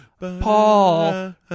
Paul